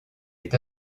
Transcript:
est